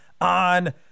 on